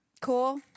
Cool